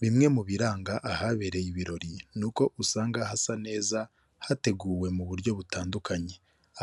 Bimwe mu biranga ahabereye ibirori ni uko usanga hasa neza hateguwe mu buryo butandukanye,